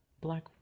Black